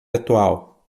atual